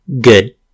good